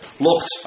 Looked